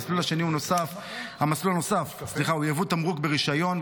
המסלול הנוסף הוא יבוא תמרוק ברישיון,